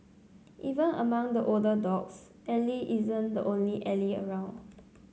even among the older dogs Ally isn't the only Ally around